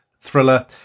thriller